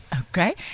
Okay